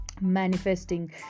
manifesting